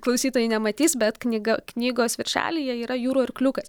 klausytojai nematys bet knyga knygos viršelyje yra jūrų arkliukas